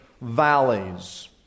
valleys